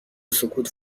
سکوت